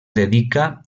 dedica